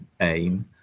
aim